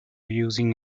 using